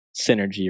synergy